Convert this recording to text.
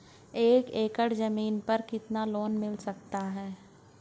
एक एकड़ जमीन पर कितना लोन मिल सकता है?